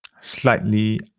slightly